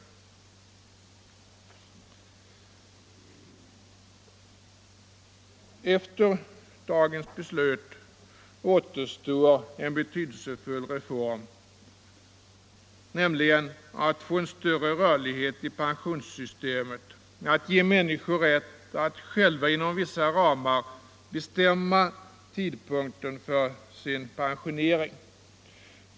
Efter dagens beslut åsterstår en betydelsefull reform, nämligen den att få en större rörlighet i pensionssystemet, att ge människor rätt att inom vissa ramar själva bestämma tidpunkten för sin pensionering.